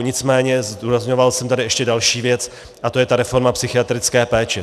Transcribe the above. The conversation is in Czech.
Nicméně zdůrazňoval jsem tady ještě další věc a to je ta reforma psychiatrické péče.